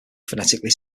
phonetically